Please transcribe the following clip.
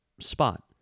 spot